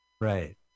Right